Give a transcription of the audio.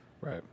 Right